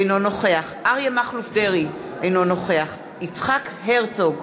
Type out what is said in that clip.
אינו נוכח אריה מכלוף דרעי, אינו נוכח יצחק הרצוג,